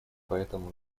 поэтому